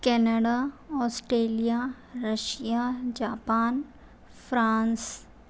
Canada Australia Russia Japan France